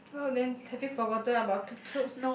well then have you forgotten about tup-tup